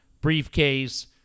briefcase